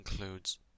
includes